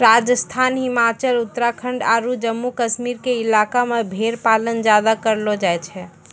राजस्थान, हिमाचल, उत्तराखंड आरो जम्मू कश्मीर के इलाका मॅ भेड़ पालन ज्यादा करलो जाय छै